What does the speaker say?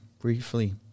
briefly